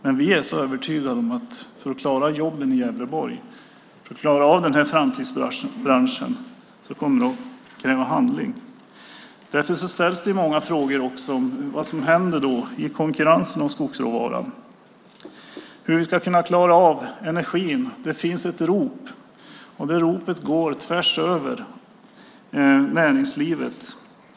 Men vi är övertygade om att det krävs handling för att klara denna framtidsbransch. Därför ställs det många frågor om vad som händer i konkurrensen om skogsråvara. Hur ska vi klara energin? Det finns ett rop, och det ropet går tvärs över näringslivet.